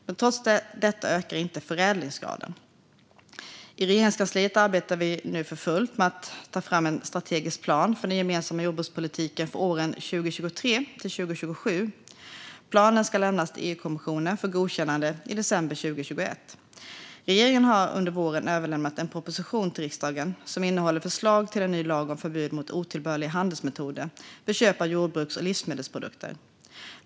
Men trots detta ökar inte förädlingsgraden. I Regeringskansliet arbetar vi nu för fullt med att ta fram en strategisk plan för den gemensamma jordbrukspolitiken för åren 2023-2027. Planen ska lämnas till EU-kommissionen för godkännande i december 2021. Regeringen har under våren överlämnat en proposition till riksdagen som innehåller förslag till en ny lag om förbud mot otillbörliga handelsmetoder vid köp av jordbruks och livsmedelsprodukter.